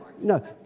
no